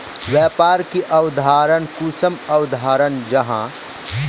व्यापार की अवधारण कुंसम अवधारण जाहा?